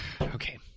okay